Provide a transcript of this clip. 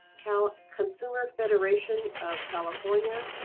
cal consumer federation of california,